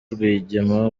rwigema